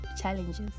challenges